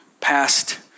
past